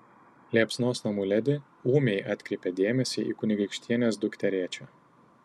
liepsnos namų ledi ūmiai atkreipia dėmesį į kunigaikštienės dukterėčią